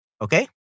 okay